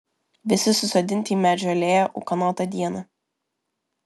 visi susodinti į medžių alėją ūkanotą dieną